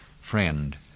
Friend